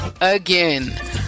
again